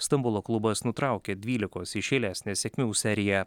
stambulo klubas nutraukė dvylikos iš eilės nesėkmių seriją